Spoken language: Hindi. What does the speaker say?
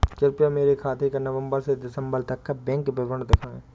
कृपया मेरे खाते का नवम्बर से दिसम्बर तक का बैंक विवरण दिखाएं?